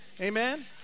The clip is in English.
Amen